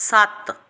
ਸੱਤ